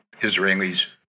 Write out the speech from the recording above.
Israelis